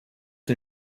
den